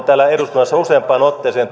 täällä eduskunnassa useampaan otteeseen